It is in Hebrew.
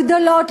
הגדולות,